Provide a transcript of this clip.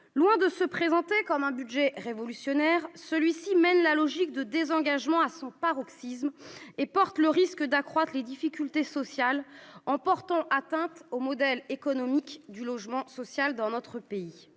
Loin d'être révolutionnaire, ce budget pousse la logique de désengagement à son paroxysme et risque d'accroître les difficultés sociales en portant atteinte au modèle économique du logement social dans notre pays,